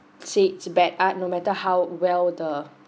say it is bad art no matter how well the